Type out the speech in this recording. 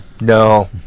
No